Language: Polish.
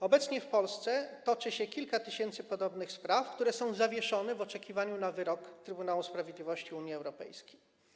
Obecnie w Polsce toczy się kilka tysięcy podobnych spraw, które są zawieszone w oczekiwaniu na wyrok Trybunału Sprawiedliwości Unii Europejskiej.